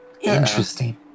Interesting